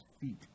feet